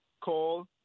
call